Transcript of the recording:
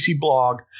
blog